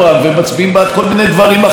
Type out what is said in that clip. והם מצביעים בעד כל מיני דברים אחרים.